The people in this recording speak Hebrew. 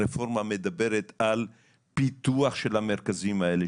הרפורמה מדברת על פיתוח של המרכזים האלה,